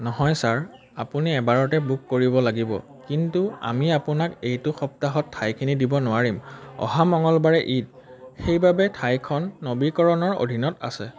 নহয় ছাৰ আপুনি এবাৰতে বুক কৰিব লাগিব কিন্তু আমি আপোনাক এইটো সপ্তাহত ঠাইখিনি দিব নোৱাৰিম অহা মঙলবাৰে ঈদ সেইবাবে ঠাইখন নৱীকৰণৰ অধীনত আছে